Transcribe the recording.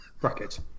bracket